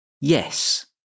Yes